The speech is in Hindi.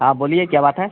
हाँ बोलिए क्या बात है